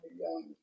young